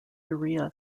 urea